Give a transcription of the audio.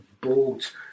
bought